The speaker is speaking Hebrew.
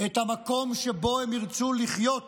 את המקום שבו הם ירצו לחיות.